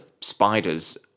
spiders